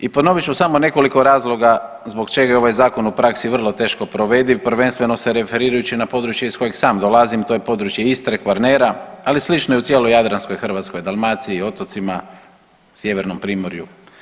I ponovit ću samo nekoliko razloga zbog čega je ovaj zakon u praksi vrlo teško provediv prvenstveno se referirajući na područje iz kojeg sam dolazim, to je područje Istre, Kvarnera, ali slično je i u cijeloj jadranskoj Hrvatskoj, Dalmaciji, otocima, sjevernom primorju.